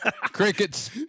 crickets